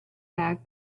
back